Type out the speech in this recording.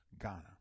Ghana